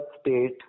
state